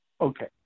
Okay